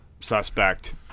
suspect